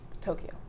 Tokyo